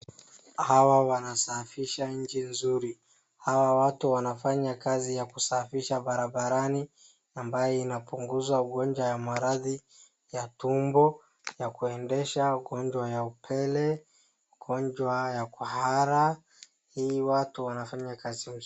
Hawa wanasafisha nchi nzuri, hawa watu wanafanya kazi ya kusafisha barabarani ambaye inapunguza ugonjwa ya maradhi ya tumbo, ya kuendesha, ugonjwa ya upele, ugonjwa ya kuhara, hawa watu wanafanya kazi ya usafi.